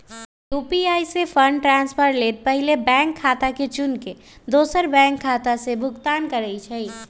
UPI से fund transfer लेल पहिले बैंक खता के चुन के दोसर बैंक खता से भुगतान करइ छइ